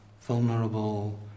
vulnerable